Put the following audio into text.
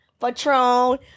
patron